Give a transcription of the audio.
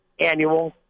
annual